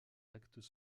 actes